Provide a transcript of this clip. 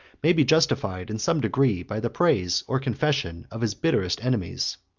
may be justified in some degree by the praise or confession of his bitterest enemies.